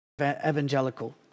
evangelical